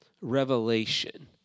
revelation